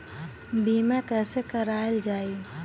बीमा कैसे कराएल जाइ?